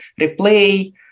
replay